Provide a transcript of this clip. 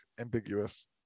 ambiguous